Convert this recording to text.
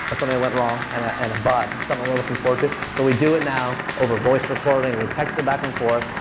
something went wrong, and ah and a bud, something we're looking forward to. so we do it now over voice recording. we text it back and forth.